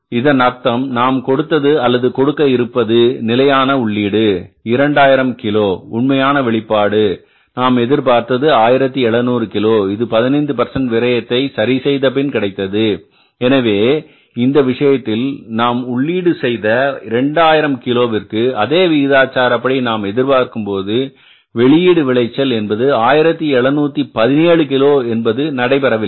இதன் அர்த்தம் நாம் கொடுத்தது அல்லது கொடுக்க இருப்பது நிலையான உள்ளீடு 2000 கிலோ உண்மையான வெளிப்பாடு நாம் எதிர்பார்ப்பது 1700 கிலோ இது 15 விரயத்தை சரி செய்த பின் கிடைத்தது எனவே இந்த விஷயத்தில் நாம் உள்ளீடு செய்த 2020 கிலோவிற்கு அதே விகிதாச்சாரப்படி நாம் எதிர்பார்க்கும் வெளியீடு விளைச்சல் என்பது 1717 கிலோ என்பது நடைபெறவில்லை